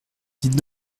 dites